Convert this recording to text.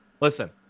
listen